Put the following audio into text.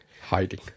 Hiding